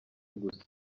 gusa